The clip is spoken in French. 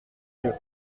dieu